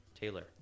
Taylor